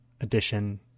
edition